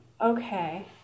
okay